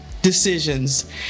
decisions